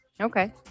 Okay